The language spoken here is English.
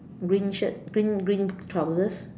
green shirt pink green trousers